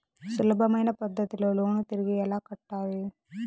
సులభమైన పద్ధతిలో లోను తిరిగి ఎలా కట్టాలి